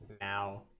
now